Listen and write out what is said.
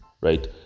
right